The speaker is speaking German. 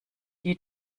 die